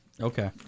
Okay